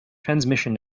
transmission